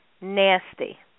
nasty